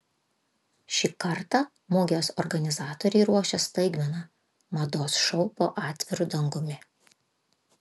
šį kartą mugės organizatoriai ruošia staigmeną mados šou po atviru dangumi